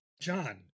John